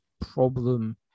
problem